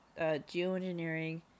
geoengineering